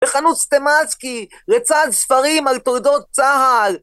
בחנות סטימאצקי לצד ספרים על תולדות צה"ל